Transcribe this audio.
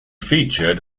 featured